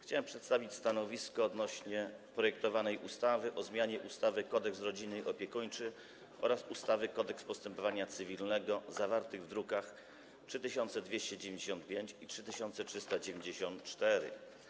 chciałem przedstawić stanowisko odnośnie do projektowanej ustawy o zmianie ustawy Kodeks rodzinny i opiekuńczy oraz ustawy Kodeks postępowania cywilnego, zawartej w drukach nr 3295 i 3394.